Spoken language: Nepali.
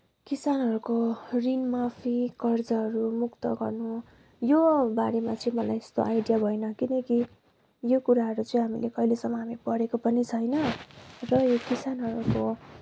किसानहरूको ऋण माफी कर्जहरू मुक्त गर्नु यो बारेमा चाहिँ मलाई यस्तो आइडिया भएन किनकि यो कुराहरू चाहिँ हामीले अहिलेसम्म हामी पढेको पनि छैन र यो किसानहरूको